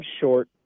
short